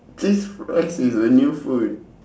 cheese fries is a new food